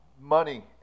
money